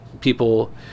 people